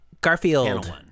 Garfield